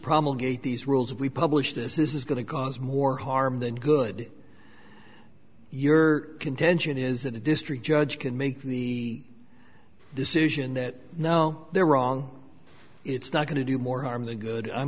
promulgated these rules we publish this is going to cause more harm than good your contention is that a district judge can make the decision that no they're wrong it's not going to do more harm than good i'm